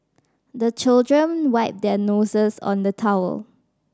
the children wipe their noses on the towel